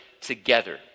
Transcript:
together